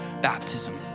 baptism